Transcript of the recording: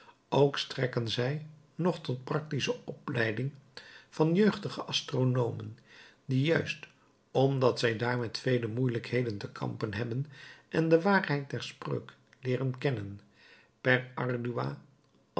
ook strekken zij nog tot praktische opleiding van jeugdige astronomen die juist omdat zij daar met vele moeielijkheden te kampen hebben en de waarheid der spreuk leeren kennen per ardua